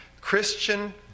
Christian